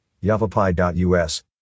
yavapai.us